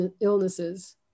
illnesses